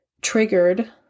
triggered